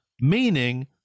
meaning